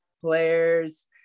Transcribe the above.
players